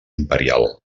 imperial